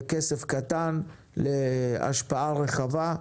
זה כסף קטן להשפעה רחבה.